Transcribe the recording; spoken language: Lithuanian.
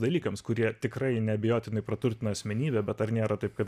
dalykams kurie tikrai neabejotinai praturtina asmenybę bet ar nėra taip kad